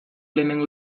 lehenengo